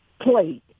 plate